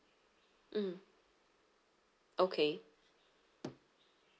mm okay